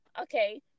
Okay